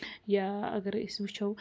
یا اگرَے أسۍ وٕچھو